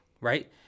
right